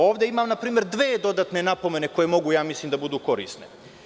Ovde npr. imam dve dodatne napomene koje mogu mislim da budu korisne.